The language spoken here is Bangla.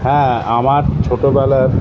হ্যাঁ আমার ছোটোবেলার